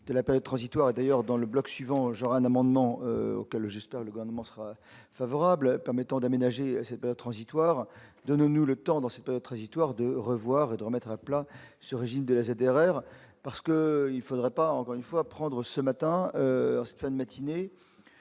de la période transitoire, et d'ailleurs dans le bloc suivant Jorane amendement auquel j'espère le gouvernement sera favorable permettant d'aménager ces bêtes transitoire de nous le temps dans cette trajectoire de revoir et de remettre à plat ce régime de la jet d'erreur parce que il faudrait pas encore une fois prendre ce matin, fin de matinée,